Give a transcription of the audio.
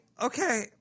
Okay